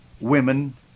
women